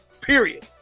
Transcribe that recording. Period